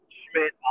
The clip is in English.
Schmidt